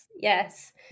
Yes